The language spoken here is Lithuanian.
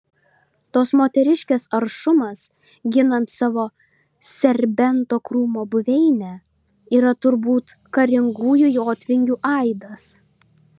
tos moteriškės aršumas ginant savo serbento krūmo buveinę yra turbūt karingųjų jotvingių aidas